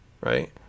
right